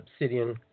obsidian